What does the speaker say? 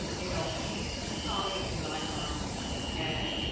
you know tommy is an icon and